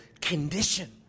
condition